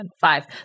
five